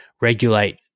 regulate